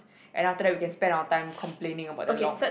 and after that we can spend our time complaining about the long